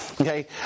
okay